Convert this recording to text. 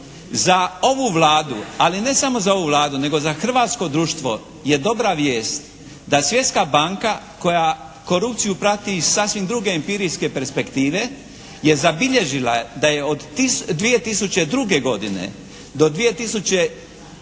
Za ovu Vladu, ali ne samo za ovu Vladu nego za hrvatsko društvo je dobra vijest da Svjetska banka koju korupciju prati iz sasvim druge empirijske perspektive je zabilježila da je od 2002. godine do 2006.